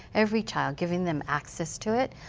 every child, giving them access to it.